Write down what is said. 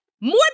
more